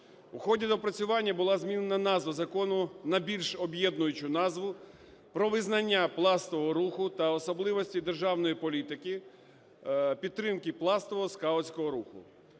У ході доопрацювання була змінена назва закону на більш об'єднуючу назву: про визнання пластового руху та особливості державної політики підтримки пластового (скаутського) руху.